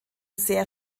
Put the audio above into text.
sehr